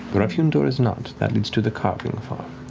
the rough-hewn door is not, that leads to the carving farm.